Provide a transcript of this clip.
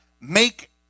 make